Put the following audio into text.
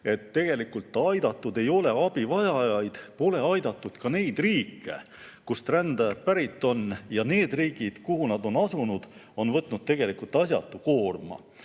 et tegelikult aidatud ei ole abivajajaid, pole aidatud ka neid riike, kust rändajad pärit on, ja need riigid, kuhu nad on asunud, on võtnud asjatu koorma. Väga